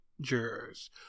jurors